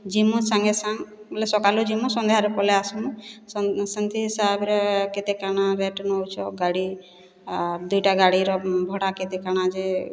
ଜିମୁ ସାଙ୍ଗେ ସାଙ୍ଗ୍ ବଲେ ସଖାଲେ ଜିମୁ ସନ୍ଧ୍ୟାରେ ପଲାଇ ଆସିମୁ ସେନ୍ତି ତାପରେ କେତେ କାଣ ରେଟ୍ ନଉଛ ଗାଡ଼ି ଦୁଇଟା ଗାଡ଼ିର ଭଡ଼ା କେତେ କାଣ ଯେ